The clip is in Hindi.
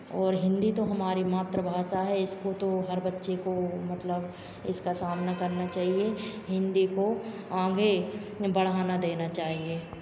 और हिन्दी तो हमारी मातृ भाषा है इसको तो हर बच्चे को मतलब इसका सामना करना चाहिए हिन्दी को आगे बढ़ाना देना चाहिए